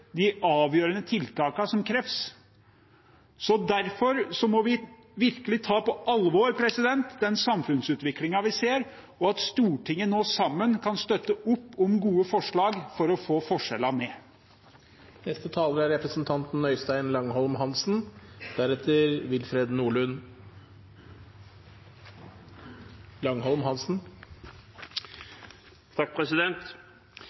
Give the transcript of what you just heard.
de avgjørende tiltakene som kreves. Derfor må vi virkelig ta på alvor den samfunnsutviklingen vi ser. Vi i Stortinget kan nå sammen støtte opp om gode forslag for å få forskjellene mindre. På partiet Høyres hjemmeside er